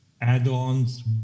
add-ons